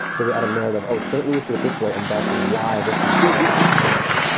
so we had a narrative, oh, st. louis did it this way. and that's why this happened. we can't know that.